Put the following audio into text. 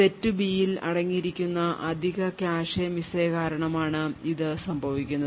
set B യിൽ അടങ്ങിയിരിക്കുന്ന അധിക കാഷെ മിസ് കാരണം ആണ് ഇത് സംഭവിക്കുന്നത്